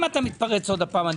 אם אתה מתפרץ עוד פעם,